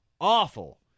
awful